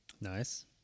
Nice